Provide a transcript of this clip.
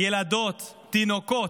ילדות, תינוקות,